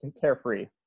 carefree